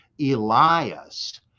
Elias